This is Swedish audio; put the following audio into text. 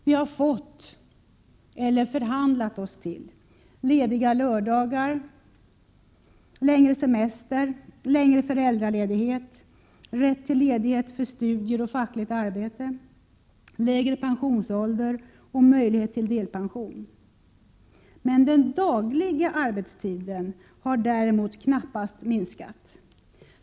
Vi har fått, eller förhandlat oss till, lediga lördagar, längre semester, längre föräldraledighet, rätt till ledighet för studier och fackligt arbete, lägre pensionsålder och möjlighet till delpension. Men den dagliga arbetstiden har knappast minskat.